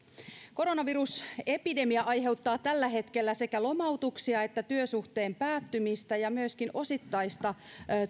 koronavirusepidemia aiheuttaa tällä hetkellä sekä lomautuksia että työsuhteen päättymistä ja myöskin osittaista